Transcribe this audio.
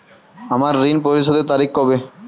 আমার ঋণ পরিশোধের তারিখ কবে?